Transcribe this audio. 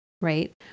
right